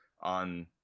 on